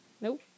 Nope